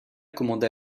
commanda